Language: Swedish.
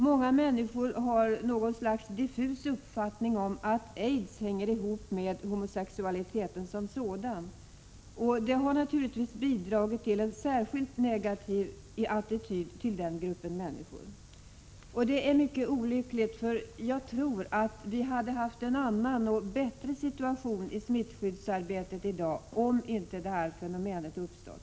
Många människor har en diffus uppfattning om att aids hänger ihop med homosexualiteten som sådan, och det har naturligtvis bidragit till en särskilt negativ attityd till den gruppen människor. Det är mycket olyckligt, för jag tror att vi hade haft en annan och bättre situation i smittskyddsarbetet i dag om inte detta fenomen hade uppstått.